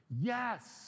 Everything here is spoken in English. Yes